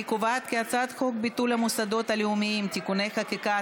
אני קובעת כי הצעת חוק ביטול המוסדות הלאומיים (תיקוני חקיקה),